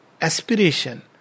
aspiration